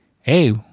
Hey